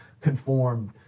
conformed